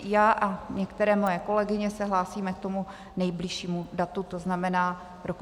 Já a některé moje kolegyně se hlásíme k tomu nejbližšímu datu, to znamená roku 2019.